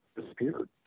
disappeared